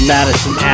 Madison